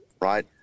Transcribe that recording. right